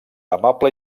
amable